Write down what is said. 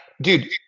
Dude